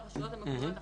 והרשויות המקומיות,